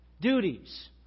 duties